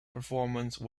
performance